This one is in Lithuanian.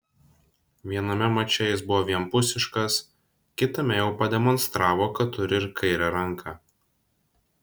viename mače jis buvo vienpusiškas kitame jau pademonstravo kad turi ir kairę ranką